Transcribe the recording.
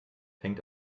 hängt